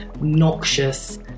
noxious